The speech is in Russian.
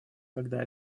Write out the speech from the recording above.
когда